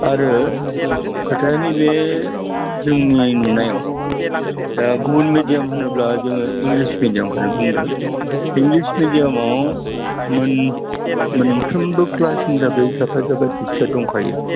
आरो खोथाया नैबे जोंनि नुनायाव दा गुबुन मिडियाम होनोब्ला जोङो इंलिस मिडियामखौनो बुंदों इंलिस मिडियामआव मोनफ्रोमबो क्लासनि हिसाबै साफा साफा टिचार दंखायो